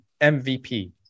MVP